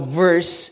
verse